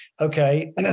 Okay